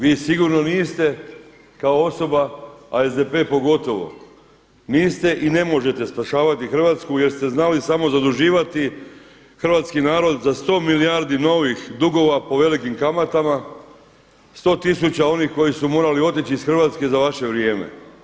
Vi sigurno niste kao osoba, a SDP pogotovo, niste i ne možete spašavati Hrvatsku jer ste znali samo zaduživati hrvatski narod za sto milijardi novih dugova po velikim kamatama, 100 tisuća onih koji su morali otići iz Hrvatske za vaše vrijeme.